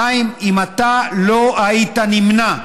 חיים, אם אתה לא היית נמנע בטרומית,